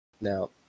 Now